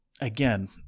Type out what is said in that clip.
again